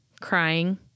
crying